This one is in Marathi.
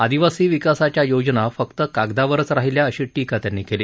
आदिवासी विकासाच्या योजना फक्त कागदावरच राहिल्या अशी टीका त्यांनी केली